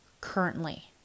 currently